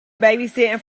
babysitting